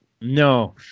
No